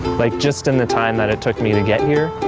like just in the time that it took me to get here